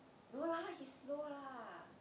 no lah he's slow lah